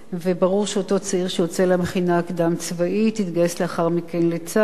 וברור שאותו צעיר שיוצא למכינה הקדם-צבאית יתגייס לאחר מכן לצה"ל,